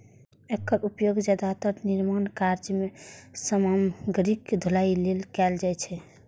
एकर उपयोग जादेतर निर्माण कार्य मे सामग्रीक ढुलाइ लेल कैल जाइ छै